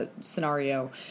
scenario